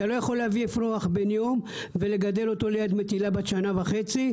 אתה לא יכול להביא אפרוח בן יום ולגדל אותו ליד מטילה בת שנה וחצי,